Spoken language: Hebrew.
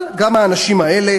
אבל גם האנשים האלה